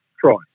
try